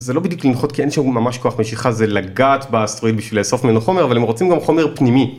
זה לא בדיוק לנחות כי אין שם ממש כוח משיכה זה לגעת באסטרואיד בשביל לאסוף ממנו חומר אבל הם רוצים גם חומר פנימי